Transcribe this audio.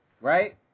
right